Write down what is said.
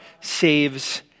saves